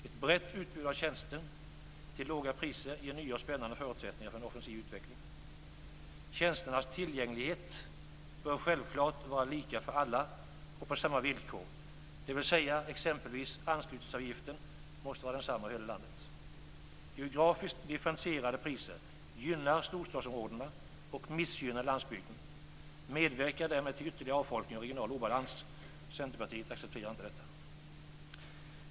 Ett brett utbud av tjänster till låga priser ger nya och spännande förutsättningar för en offensiv utveckling. Tjänsternas tillgänglighet bör självfallet vara lika för alla och på samma villkor, dvs. anslutningsavgiften måste exempelvis vara densamma över hela landet. Geografiskt differentierade priser gynnar storstadsområdena och missgynnar landsbygden och medverkar därmed till ytterligare avfolkning och regional obalans. Centerpartiet accepterar inte detta.